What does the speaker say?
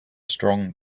strong